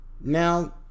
Now